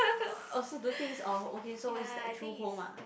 oh so don't think is our okay so is like true home ah